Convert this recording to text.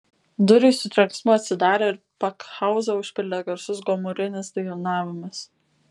durys su trenksmu atsidarė ir pakhauzą užpildė garsus gomurinis dainavimas